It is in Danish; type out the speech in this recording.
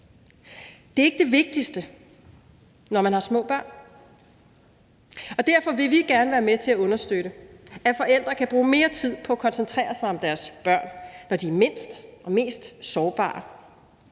Det er ikke det vigtigste, når man har små børn, og derfor vil vi gerne være med til at understøtte, at forældre kan bruge mere tid på at koncentrere sig om deres børn, når de er mindst og mest sårbare.